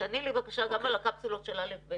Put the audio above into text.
תעני לי בבקשה גם על הקפסולות של א'-ב'.